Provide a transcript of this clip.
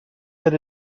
that